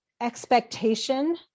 expectation